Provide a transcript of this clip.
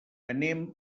anem